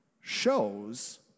shows